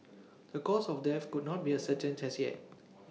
the cause of death could not be ascertained as yet